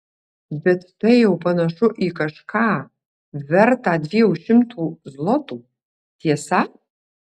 bet tai jau panašu į kažką vertą dviejų šimtų zlotų tiesa